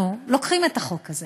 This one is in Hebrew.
לוקחים את החוק הזה